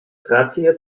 drahtzieher